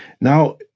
Now